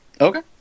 Okay